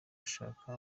gushaka